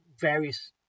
various